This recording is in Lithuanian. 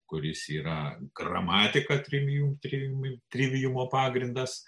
kuris yra gramatika trivijum trivijum trivijumo pagrindas